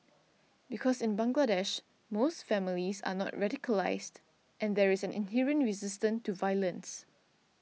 because in Bangladesh most families are not radicalised and there is an inherent resistance to violence